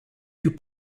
più